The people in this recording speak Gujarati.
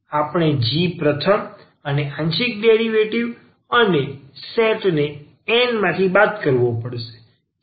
આપણે g પ્રથમ અને આંશિક ડેરિવેટિવ અને સેટ ને N માંથી બાદ કરવો પડશે